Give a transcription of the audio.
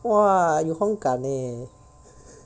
!wah! you hong gan leh